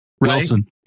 Wilson